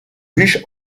riche